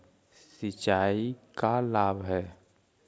सिंचाई का लाभ है?